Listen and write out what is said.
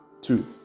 two